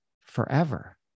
forever